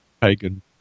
pagan